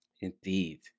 Indeed